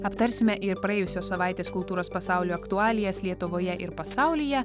aptarsime ir praėjusios savaitės kultūros pasaulio aktualijas lietuvoje ir pasaulyje